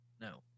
No